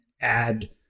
add